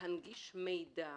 להנגיש מידע